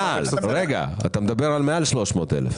אתה מדבר על מעל 300 אלף.